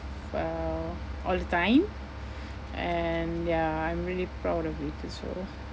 uh all the time and ya I'm really proud of it also